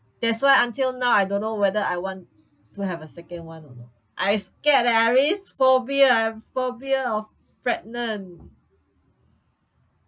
that's why until now I don't know whether I want to have a second one or no I scared leh I really s~ phobia I phobia of pregnant